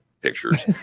pictures